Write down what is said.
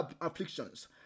afflictions